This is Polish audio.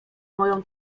moją